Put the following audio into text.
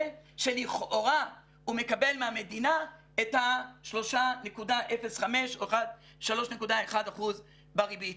שלכאורה הוא מקבל מהמדינה את ה-3.05% או 3.1% בריבית,